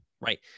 right